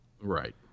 Right